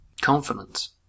Confidence